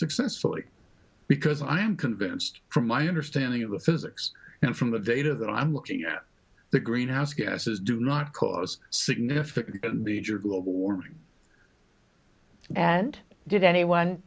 successfully because i am convinced from my understanding of the physics and from the data that i'm looking at the greenhouse gases do not cause significant to be injured global warming and did anyone